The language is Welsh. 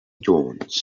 jones